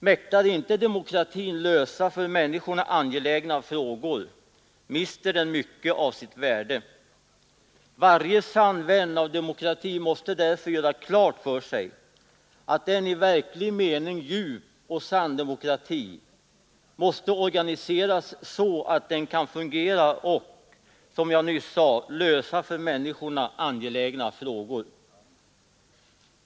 Mäktar inte demokratin lösa för människorna angelägna frågor, mister den mycket av sitt värde. Varje sann vän av demokratin måste därför göra klart för sig, att en i verklig mening djup och sann demokrati måste organiseras så att den kan fungera och, som jag nyss sade, lösa för människorna angelägna frågor.